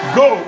go